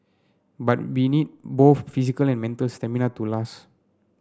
but we need both physical and mental stamina to last